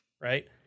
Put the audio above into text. right